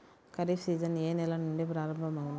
Kharif season ఏ నెల నుండి ప్రారంభం అగును?